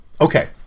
Okay